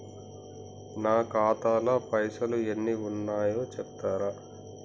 నా ఖాతా లా పైసల్ ఎన్ని ఉన్నాయో చెప్తరా?